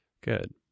Good